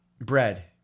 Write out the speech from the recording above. Bread